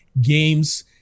games